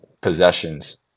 possessions